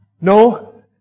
No